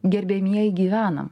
gerbiamieji gyvenam